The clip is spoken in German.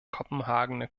kopenhagener